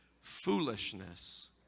foolishness